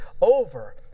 over